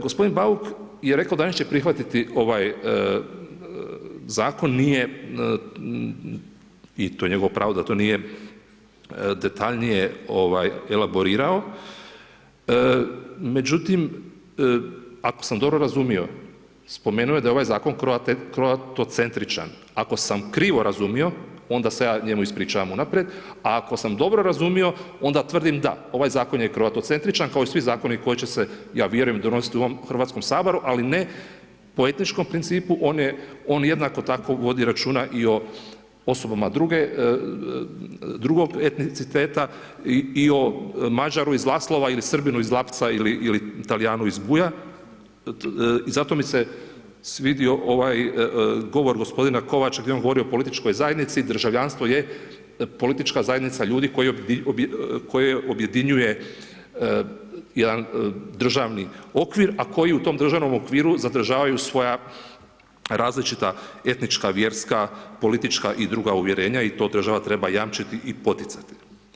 Gospodin Bauk je rekao … prihvatiti ovaj zakon, nije i to je njegovo pravo da to nije detaljnije elaborirao, međutim, ako sam dobro razumio spomenuo je da je ovaj zakon kroatocentričan, ako sam krivo razumio onda se ja njemu ispričavam unaprijed, a ako sam dobro razumio, onda tvrdim da, ovaj zakon je kroatocentričan kao i svi zakoni, koji će se ja vjerujem donositi u ovom Hrvatskom saboru, ali ne po etičkom principu, on jednako tako vodi računa i o osobama drugog etniciteta i o Mađaru iz Laslova, ili Srbinu iz Lapca ili Talijanu iz Buja i zato mi se svidio ovaj govor gospodina Kovača, gdje je on govorio o političkoj zajednici, državljanstvo je politička zajednica ljudi, koja objedinjuje jedan državni okvir, a koji u tom državnom okviru zadržavaju svoja različita, etnička, vjerska, politička i druga uvjerenja i to država treba jamčiti i poticati.